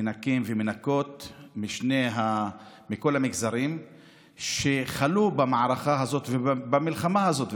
מנקים ומנקות מכל המגזרים שחלו במערכה הזאת ובמלחמה הזאת.